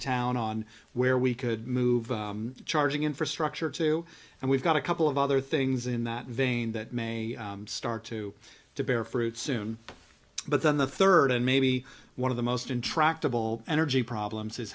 town on where we could move the charging infrastructure to and we've got a couple of other things in that vein that may start to to bear fruit soon but then the third and maybe one of the most intractable energy problems is